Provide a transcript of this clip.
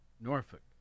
Norfolk